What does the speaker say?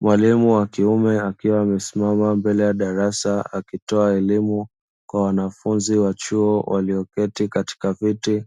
Mwalimu wa kiume akiwa amesimama mbele ya darasa, akitoa elimu kwa wanafunzi wa chuo walioketi katika viti